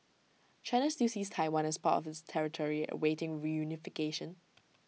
China still sees Taiwan as part of its territory awaiting reunification